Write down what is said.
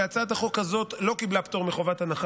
והצעת החוק הזאת לא קיבלה פטור מהנחה,